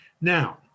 Now